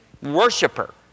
worshiper